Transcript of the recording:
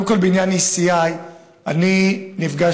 קודם כול בעניין ECI. נפגשתי,